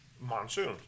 Monsoon